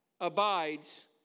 abides